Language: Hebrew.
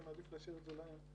אני מעדיף להשאיר את זה להם.